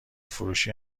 فروشی